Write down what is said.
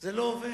זה לא עובד.